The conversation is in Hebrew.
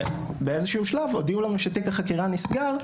ובאיזשהו שלב הודיעו לנו שתיק החקירה נסגר,